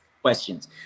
questions